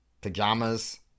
pajamas